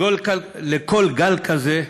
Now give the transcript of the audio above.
לכל גל כזה,